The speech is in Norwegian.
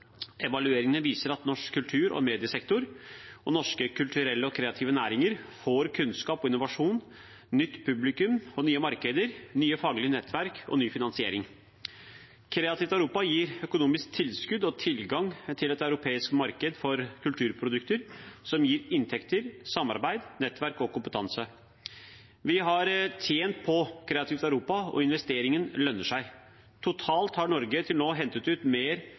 Evalueringene viser at norsk kultur- og mediesektor og norske kulturelle og kreative næringer får kunnskap og innovasjon, nytt publikum og nye markeder, nye faglige nettverk og ny finansiering. Kreativt Europa gir økonomiske tilskudd og tilgang til et europeisk marked for kulturprodukter som gir inntekter, samarbeid, nettverk og kompetanse. Vi har tjent på Kreativt Europa, og investeringen lønner seg. Totalt har Norge til nå hentet ut mer